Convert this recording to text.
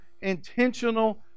intentional